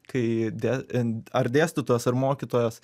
kai de ar dėstytojas ar mokytojas